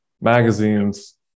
magazines